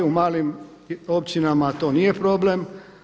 U malim općinama to nije problem.